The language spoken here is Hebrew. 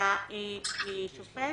שהשופט